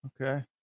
Okay